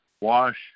wash